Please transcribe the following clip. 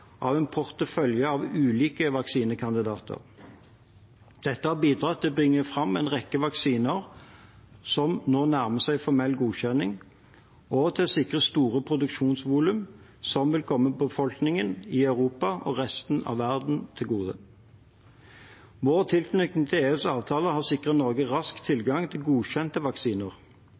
av en portefølje av ulike vaksinekandidater. Dette har bidratt til å bringe fram en rekke vaksiner som nå nærmer seg formell godkjenning, og til å sikre store produksjonsvolum som vil komme både befolkningen i Europa og resten av verden til gode. Vår tilknytning til EUs avtaler har sikret Norge rask tilgang til godkjente vaksiner.